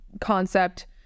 concept